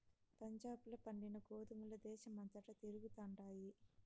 పంజాబ్ ల పండిన గోధుమల దేశమంతటా తిరుగుతండాయి